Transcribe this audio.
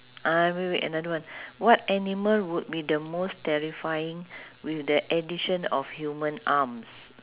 ah wait wait another one what animal would be the most terrifying with the addition of human arms